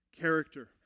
character